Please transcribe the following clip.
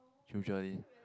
usually